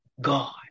God